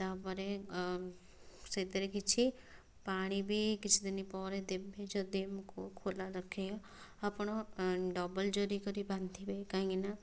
ତାପରେ ସେଥିରେ କିଛି ପାଣି ବି କିଛିଦିନ ପରେ ଦେବେ ଯଦି ଆମକୁ ଖୋଲା ଆପଣ ଡବଲ ଜରି କରି ବାନ୍ଧିବେ କାହିଁକିନା